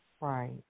Right